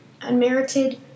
Unmerited